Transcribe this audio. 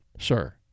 sir